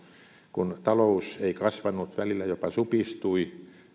kun talous ei kasvanut välillä jopa supistui